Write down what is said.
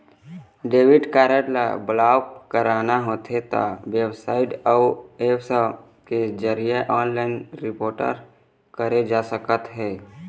debit card ल block कराना होथे त बेबसाइट अउ ऐप्स के जरिए ऑनलाइन रिपोर्ट करे जा सकथे